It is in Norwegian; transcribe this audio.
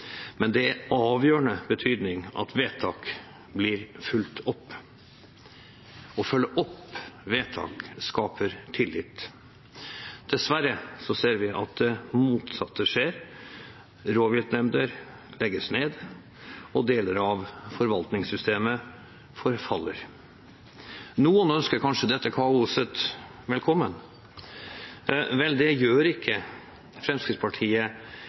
men det er av avgjørende betydning at vedtak blir fulgt opp. Å følge opp vedtak skaper tillit. Dessverre ser vi at det motsatte skjer: Rovviltnemnder legges ned, og deler av forvaltningssystemet forfaller. Noen ønsker kanskje dette kaoset velkommen. Vel, det gjør ikke Fremskrittspartiet